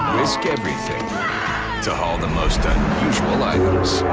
risk everything to haul the most unusual items.